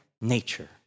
nature